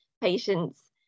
patients